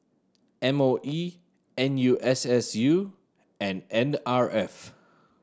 M O E N U S S U and N R F